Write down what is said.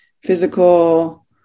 physical